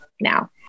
now